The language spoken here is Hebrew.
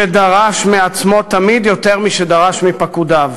שדרש מעצמו תמיד יותר משדרש מפקודיו.